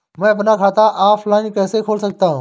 मैं अपना खाता ऑफलाइन कैसे खोल सकता हूँ?